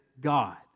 God